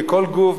בכל גוף,